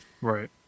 Right